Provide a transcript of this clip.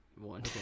one